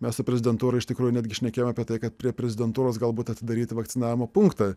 mes su prezidentūra iš tikrųjų netgi šnekėjom apie tai kad prie prezidentūros galbūt atidaryti vakcinavimo punktą